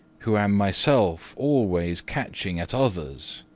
who am myself always catching at others.